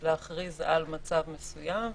להכריז על מצב מסוים,